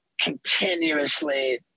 continuously